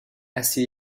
assez